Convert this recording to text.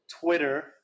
Twitter